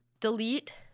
Delete